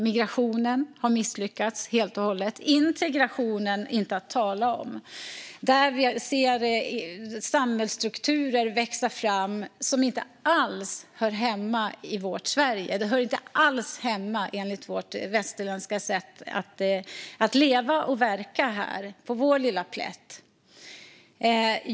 Migrationen har misslyckats helt och hållet, för att inte tala om integrationen. Vi ser samhällsstrukturer växa fram som inte alls hör hemma i vårt Sverige, i vårt västerländska sätt att leva och verka här på vår lilla plätt.